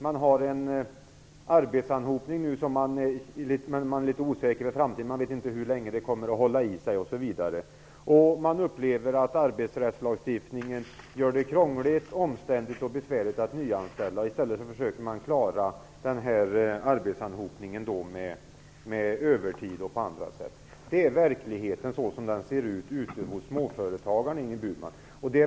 Det finns nu en arbetsanhopning, men man är litet osäker på framtiden. Man vet inte om det kommer att hålla i sig, osv. De upplever att arbetsrättslagstiftningen gör det krångligt, omständligt och besvärligt att anställa. I stället försöker de att klara arbetsanshopningen med övertid och på andra sätt. Det är verkligheten så som den ser ut ute hos småföretagarna, Ingrid Burman.